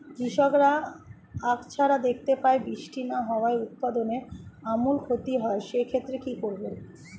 কৃষকরা আকছার দেখতে পায় বৃষ্টি না হওয়ায় উৎপাদনের আমূল ক্ষতি হয়, সে ক্ষেত্রে কি করব?